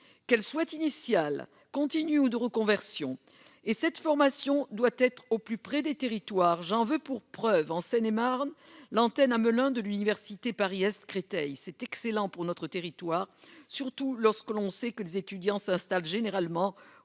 qu'elle soit initiale, continue ou de reconversion, est la clé. Et cette formation doit être dispensée au plus près des territoires. J'en veux pour preuve l'implantation à Melun d'une antenne de l'université Paris-Est Créteil. C'est excellent pour notre territoire, surtout lorsque l'on sait que les étudiants s'installent généralement